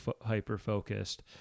hyper-focused